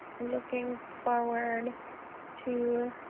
looking forward to